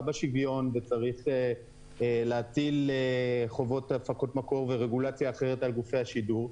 בשוויון וצריך להטיל חובות של הפקות מקור ורגולציה אחרת על גופי השידור.